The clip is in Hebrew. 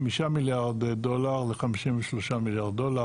מיליארד דולרים ל-53 מיליארד דולרים,